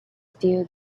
still